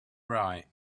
right